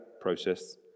process